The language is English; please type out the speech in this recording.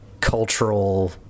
cultural